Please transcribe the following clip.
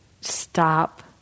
stop